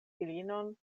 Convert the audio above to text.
filinon